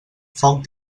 foc